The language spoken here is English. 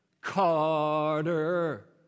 Carter